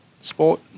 sport